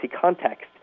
context